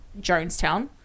Jonestown